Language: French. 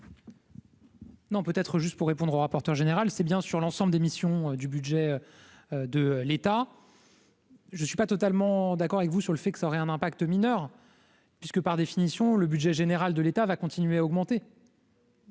Non, peut-être juste pour répondre au rapporteur général, c'est bien sûr l'ensemble des missions du budget de l'État. Je suis pas totalement d'accord avec vous sur le fait que ça aurait un impact mineur puisque par définition le budget général de l'État va continuer à augmenter.